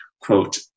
Quote